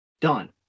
done